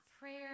Prayer